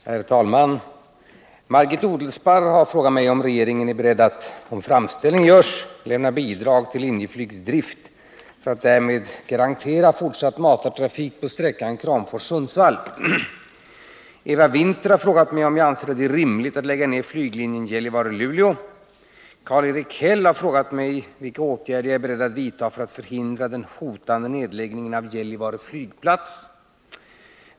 Herr talman! Margit Odelsparr har frågat mig om regeringen är beredd att, om framställning görs, lämna bidrag till Linjeflygs drift för att därmed Eva Winther har frågat mig om jag anser det är rimligt att lägga ned flyglinjen Gällivare-Luleå. Karl-Erik Häll har frågat mig vilka åtgärder jag är beredd att vidta för att förhindra den hotande nedläggningen av Gällivare flygplats.